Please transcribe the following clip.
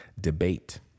debate